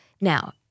Now